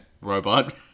Robot